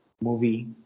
movie